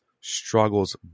struggles